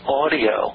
audio